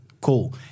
cool